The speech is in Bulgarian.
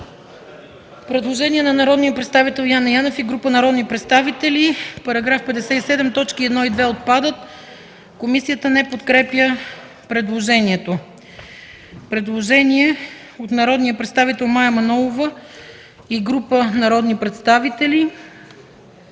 предложение от народния представител Яне Янев и група народни представители – в § 57 т. 1 и 2 отпадат. Комисията не подкрепя предложението. Предложение от народния представител Мая Манолова и група народни представители,